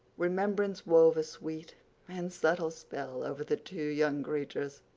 remembrance wove a sweet and subtle spell over the two young creatures.